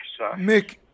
Mick